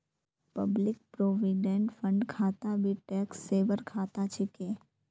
public provident fund खाता भी tax saver खाता छिके